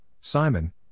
Simon